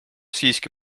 siiski